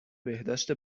بهداشت